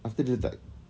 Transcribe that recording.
after dia letak